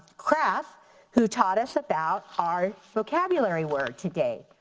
craff who taught us about our vocabulary word today,